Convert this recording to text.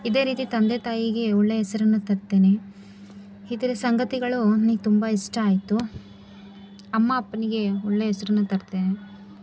ಇದೇ ರೀತಿ ತಂದೆ ತಾಯಿಗೆ ಒಳ್ಳೆಯ ಹೆಸರನ್ನು ತರ್ತೀನಿ ಈ ಥರ ಸಂಗತಿಗಳು ನನಗ್ ತುಂಬ ಇಷ್ಟ ಆಯಿತು ಅಮ್ಮಅಪ್ಪನಿಗೆ ಒಳ್ಳೆಯ ಹೆಸರನ್ನು ತರ್ತೇನೆ